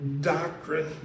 doctrine